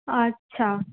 আচ্ছা